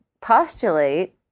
postulate